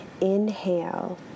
Inhale